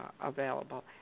available